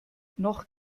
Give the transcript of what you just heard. noch